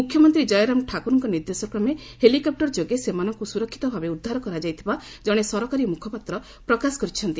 ମୁଖ୍ୟମନ୍ତ୍ରୀ କୟରାମ ଠାକୁରଙ୍କ ନିର୍ଦ୍ଦେଶକ୍ରମେ ହେଲିକପ୍ଟର ଯୋଗେ ସେମାନଙ୍କୁ ସୁରକ୍ଷିତ ଭାବେ ଉଦ୍ଧାର କରାଯାଇଥିବା ଜଣେ ସରକାରୀ ମୁଖପାତ୍ର ପ୍ରକାଶ କରିଛନ୍ତି